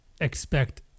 expect